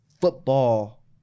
football